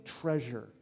treasure